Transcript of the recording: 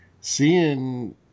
seeing